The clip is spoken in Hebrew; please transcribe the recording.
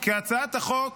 כי הצעת החוק